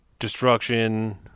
Destruction